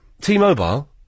T-Mobile